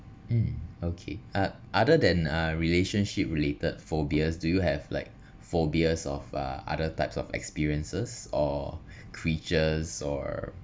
um okay uh other than uh relationship related phobias do you have like phobias of uh other types of experiences or creatures or